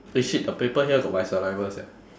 eh shit the paper here got my saliva sia